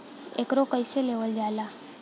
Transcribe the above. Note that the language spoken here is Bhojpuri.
एकरके कईसे लेवल जाला?